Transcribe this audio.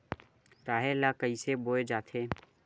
राहेर ल कइसे बोय जाथे?